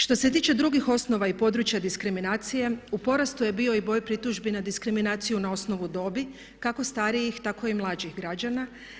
Što se tiče drugih osnova i područja diskriminacije u porastu je bio i broj pritužbi na diskriminaciju na osnovu dobi kako starijih, tako i mlađih građana.